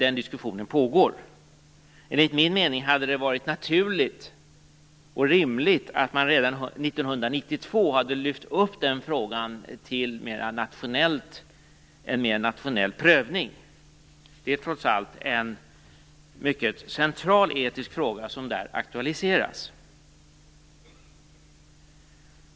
Enligt min mening hade det varit naturligt och rimligt att redan 1992 lyfta upp den frågan till en mera nationell prövning. Det är ju trots allt en mycket central etisk fråga som här aktualiseras.